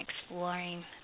exploring